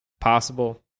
possible